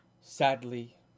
sadly